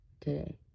today